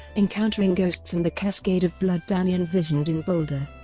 encountering ghosts and the cascade of blood danny envisioned in boulder.